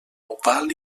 oval